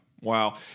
wow